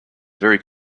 very